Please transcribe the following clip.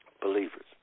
believers